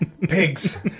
Pigs